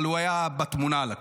אבל הוא היה בתמונה על הקרוז.